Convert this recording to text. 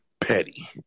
petty